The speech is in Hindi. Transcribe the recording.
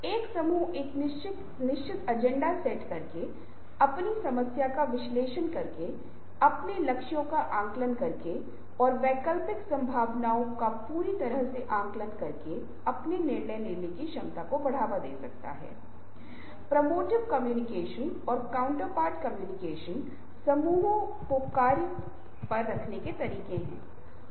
इस संबंध में एक निश्चित अवधि के भीतर या एक निश्चित समय के भीतर कई कार्यों के प्रदर्शन के संबंध में स्व प्रबंधन के बारे में बोलना अधिक उपयुक्त होगा जो आपके लिए उपलब्ध है लेकिन स्व प्रबंधन का एक अलग अर्थ है यह स्वयं की निगरानी और विनियमन है और इसका समय पर कोई संदर्भ नहीं है